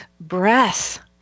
breath